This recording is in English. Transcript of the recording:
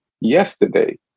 yesterday